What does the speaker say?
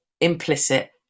implicit